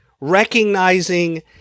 recognizing